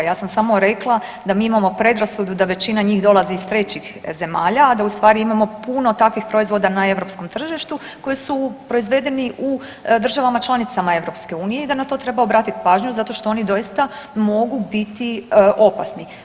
Ja sam samo rekla da mi imamo predrasudu da većina njih dolazi iz trećih zemalja, a da u stvari imamo puno takvih proizvoda na europskom tržištu koji su proizvedeni u državama članicama EU i da na to treba obratiti pažnju zato što oni doista mogu biti opasni.